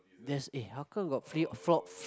there's eh how come got